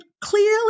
clearly